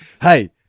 hey